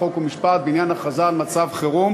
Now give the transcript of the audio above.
חוק ומשפט בעניין הכרזה על מצב חירום.